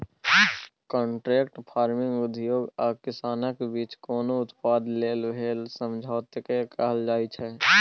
contract farming उद्योग आ किसानक बीच कोनो उत्पाद लेल भेल समझौताकेँ कहल जाइ छै